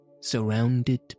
surrounded